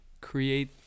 create